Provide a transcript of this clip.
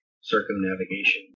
circumnavigation